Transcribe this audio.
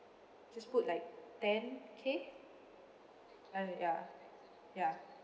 just put like ten K I mean ya ya